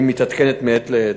והם מתעדכנים מעת לעת.